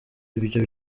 ibyo